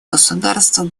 государств